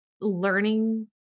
learning